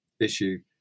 issue